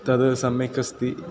तद् सम्यक् अस्ति